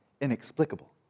inexplicable